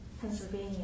Pennsylvania